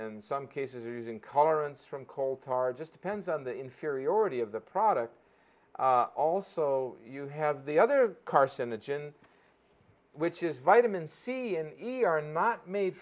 and some cases are using colorants from coal tar just depends on the inferiority of the product also you have the other carcinogen which is vitamin c in e r not made